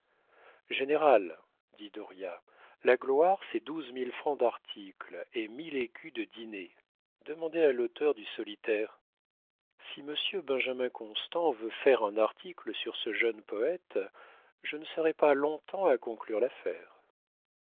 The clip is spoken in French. général dit dauriat la gloire c'est douze mille francs d'articles et mille écus de dîners demandez à l'auteur du solitaire si monsieur benjamin de constant veut faire un article sur ce jeune poète je ne serai pas longtemps à conclure l'affaire